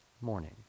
morning